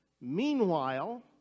Meanwhile